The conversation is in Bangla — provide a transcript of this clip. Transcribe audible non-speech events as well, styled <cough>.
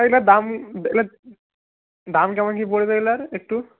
এগুলোর দাম <unintelligible> দাম কেমন কী পড়বে এগুলোর একটু